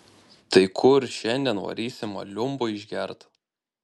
tai kur šiandien varysim aliumbo išgert